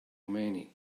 many